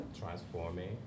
transforming